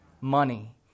money